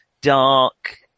dark